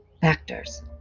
factors